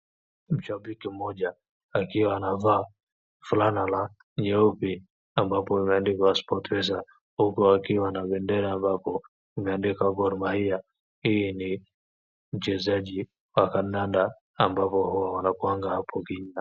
Mshabiki mmoja akiwa anavaa fulana la nyeupe ambapo limeandikwa SportPesa, huku akiwa na bendera ambapo imeandikwa Gor Mahia. Hii ni mchezaji wa kandanda ambapo huwa wanakuanga hapo.